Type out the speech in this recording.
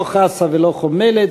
לא חסה ולא חומלת,